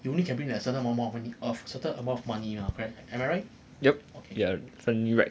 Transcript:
you only can bring a certain amount of mon~ mon~ money a certain amount of money ah correct am I right